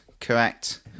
correct